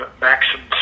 maximum